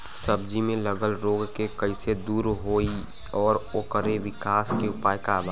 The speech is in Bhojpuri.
सब्जी में लगल रोग के कइसे दूर होयी और ओकरे विकास के उपाय का बा?